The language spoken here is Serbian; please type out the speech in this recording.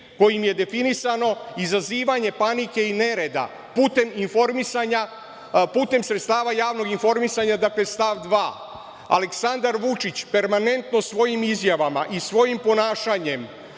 kojim je definisano izazivanje panike i nereda putem sredstava javnog informisanja, dakle stav 2.Aleksandar Vučić permanentno svojim izjavama i svojim ponašanjem